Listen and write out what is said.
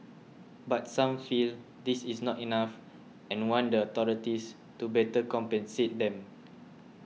but some feel this is not enough and want the authorities to better compensate them